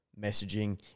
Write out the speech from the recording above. messaging